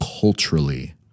culturally